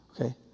Okay